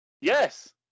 Yes